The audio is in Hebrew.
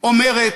אומרת: